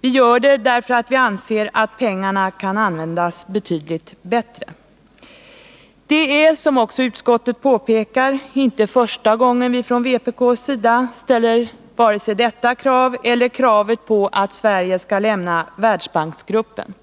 Vi gör det därför att vi anser att pengarna kan användas betydligt bättre. Det är, som också utskottet påpekar, inte första gången vi från vpk:s sida ställer detta 23 krav och kravet på att Sverige skall lämna Världsbanksgruppen.